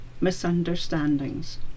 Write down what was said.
misunderstandings